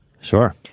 Sure